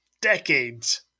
decades